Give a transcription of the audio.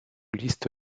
liste